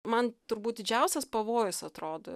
man turbūt didžiausias pavojus atrodo